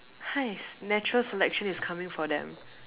!hais! natural selection is coming for them